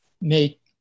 make